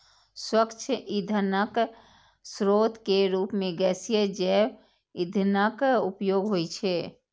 स्वच्छ ईंधनक स्रोत के रूप मे गैसीय जैव ईंधनक उपयोग होइ छै